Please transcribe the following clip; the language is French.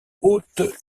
haute